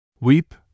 Weep